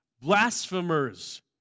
blasphemers